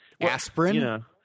aspirin